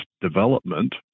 development